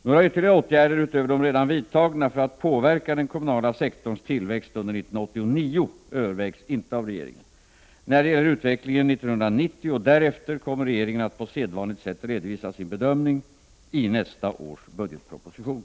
Några ytterligare åtgärder, utöver de redan vidtagna, för att påverka den kommunala sektorns tillväxt under 1989 övervägs inte av regeringen. När det gäller utvecklingen 1990 och därefter kommer regeringen att på sedvanligt sätt redovisa sin bedömning i nästa års budgetproposition.